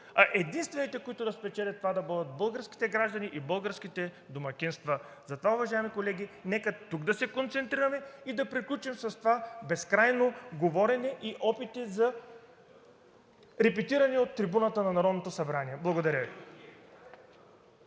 единствените, които да спечелят, да бъдат българските граждани и българските домакинства. Уважаеми колеги, нека да се концентрираме и да приключим с това безкрайно говорене и опити за репетиране от трибуната на Народното събрание. Благодаря Ви.